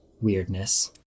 weirdness